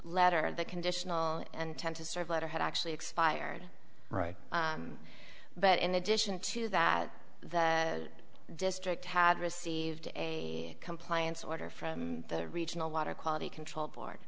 letter that conditional and tend to serve letter had actually expired right but in addition to that the district had received a compliance order from the regional water quality control